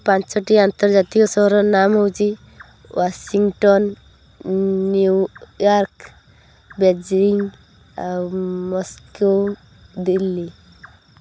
ପାଞ୍ଚଟି ଆନ୍ତର୍ଜାତିକ ସହରର ନାମ ହେଉଛି ୱାଶିଂଟନ ନ୍ୟୁୟର୍କ ବେଜିଂ ଆଉ ମସ୍କୋ ଦିଲ୍ଲୀ